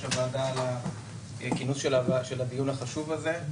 הוועדה על כינוס הדיון החשוב הזה.